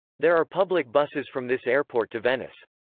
there are public buses from this airport to venice.